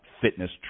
fitness